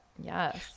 Yes